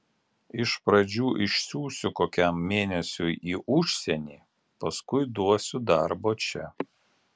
iš pradžių išsiųsiu kokiam mėnesiui į užsienį paskui duosiu darbo čia